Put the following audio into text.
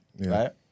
right